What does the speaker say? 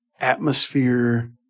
atmosphere